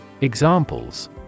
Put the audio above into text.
Examples